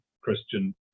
christian